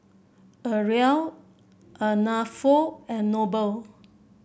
Ariella Arnulfo and Noble